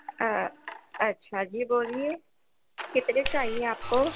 اچھا جی بولیے کتنے چاہیے آپ کو